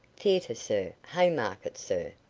theatre, sir haymarket, sir.